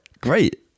Great